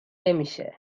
نمیشه